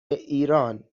ایران